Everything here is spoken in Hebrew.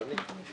עם החינוך